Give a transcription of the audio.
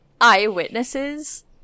Eyewitnesses